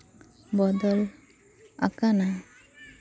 ᱵᱚᱫᱚᱞ ᱟᱠᱟᱱᱟ